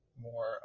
more